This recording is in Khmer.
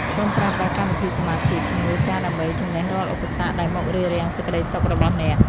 សូមប្រើប្រាស់កម្មវិធីសមាធិជាជំនួយការដើម្បីជម្នះរាល់ឧបសគ្គដែលមករារាំងសេចក្តីសុខរបស់អ្នក។